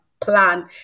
plan